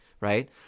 right